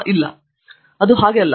ಇಲ್ಲ ಅದು ಹಾಗೆ ಅಲ್ಲ